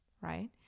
right